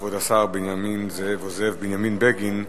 כבוד השר זאב בנימין בגין,